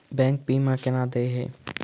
Bank बीमा केना देय है?